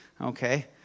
Okay